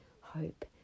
hope